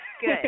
Good